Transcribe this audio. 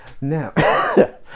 Now